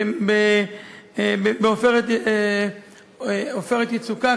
ב"עופרת יצוקה".